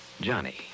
Johnny